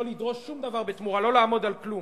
לא לדרוש שום דבר בתמורה, לא לעמוד על כלום.